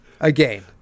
again